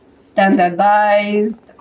standardized